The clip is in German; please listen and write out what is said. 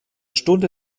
stunde